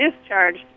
discharged